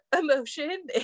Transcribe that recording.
emotion